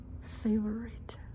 favorite